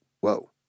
whoa